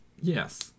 yes